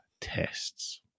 tests